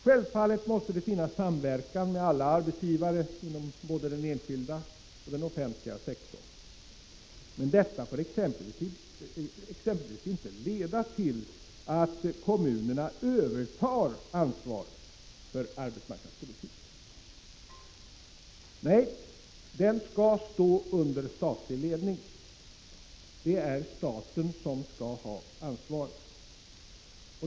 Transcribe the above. Självfallet måste det finnas samverkan med alla arbetsgivare inom både den enskilda och den offentliga sektorn, men detta får exempelvis inte leda till att kommunerna övertar ansvaret för arbetsmarknadspolitiken. Nej, den skall stå under statlig ledning. Det är staten som skall ha ansvaret.